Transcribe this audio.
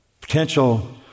potential